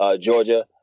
Georgia